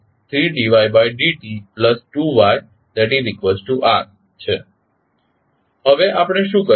હવે આપણે શું કરીશું